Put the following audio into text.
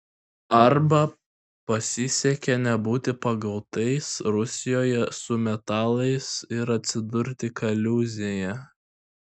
arba pasisekė nebūti pagautais rusijoje su metalais ir atsidurti kaliūzėje